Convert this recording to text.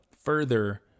further